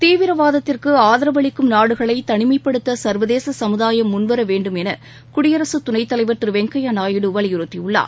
தீவிரவாதத்திற்கு ஆதரவளிக்கும் நாடுகளை தனிமைப்படுத்த சர்வதேச சமுதாயம் முன்வர வேண்டும் என குடியரசு துணைத் தலைவர் திரு வெங்கய்ய நாயுடு வலியுறுத்தியுள்ளார்